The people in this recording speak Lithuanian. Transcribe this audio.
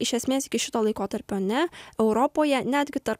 iš esmės iki šito laikotarpio ne europoje netgi tarp